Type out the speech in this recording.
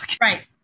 right